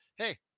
hey